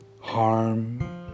harm